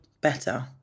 better